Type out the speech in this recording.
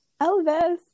Elvis